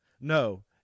No